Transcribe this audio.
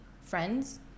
friends